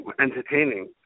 entertaining